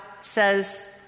says